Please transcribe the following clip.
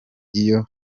iyo